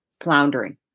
floundering